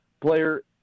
Player